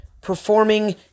performing